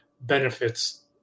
benefits